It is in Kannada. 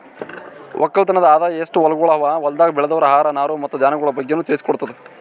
ಒಕ್ಕಲತನದ್ ಆದಾಯ, ಎಸ್ಟು ಹೊಲಗೊಳ್ ಅವಾ, ಹೊಲ್ದಾಗ್ ಬೆಳೆವು ಆಹಾರ, ನಾರು ಮತ್ತ ಧಾನ್ಯಗೊಳ್ ಬಗ್ಗೆನು ತಿಳಿಸಿ ಕೊಡ್ತುದ್